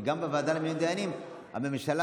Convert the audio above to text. כי גם בוועדה למינוי דיינים הממשלה